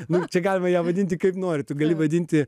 na tai galime ją vadinti kaip nori tu gali vadinti